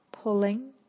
pulling